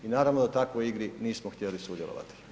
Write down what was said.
I naravno da u takvoj igri nismo htjeli sudjelovati.